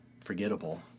forgettable